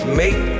make